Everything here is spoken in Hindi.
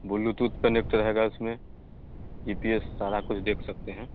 बुलूटूथ कनेक्ट रहेगा उसमें जी पी एस सारा कुछ देख सकते हैं